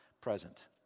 present